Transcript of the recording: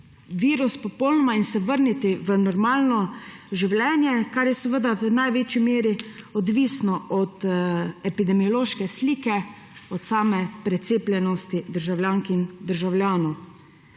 virus in se vrniti v normalno življenje, kar je v največji meri odvisno od epidemiološke slike, od same precepljenosti državljank in državljanov.